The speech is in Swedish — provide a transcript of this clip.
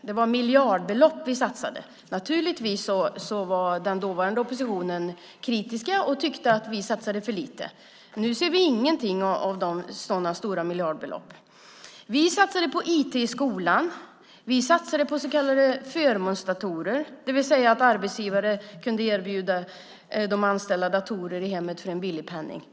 Det var miljardbelopp vi satsade. Naturligtvis var den dåvarande oppositionen kritisk och tyckte att vi satsade för lite. Nu ser vi inga sådana stora miljardbelopp. Vi satsade på IT i skolan. Vi satsade på så kallade förmånsdatorer, det vill säga att arbetsgivare kunde erbjuda de anställda datorer i hemmet för en billig penning.